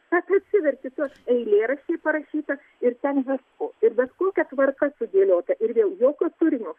bet atsiverti tuos eilėraščiai parašyta ir ten visko ir bet kokia tvarka sudėliota ir vėl jokio turinio